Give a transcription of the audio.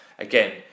Again